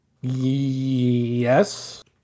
yes